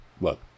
look